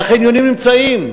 והחניונים נמצאים